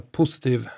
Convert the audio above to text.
positiv